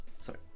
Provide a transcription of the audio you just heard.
Sorry